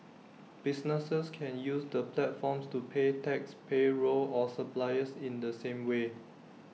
businesses can use the platforms to pay taxes payroll or suppliers in the same way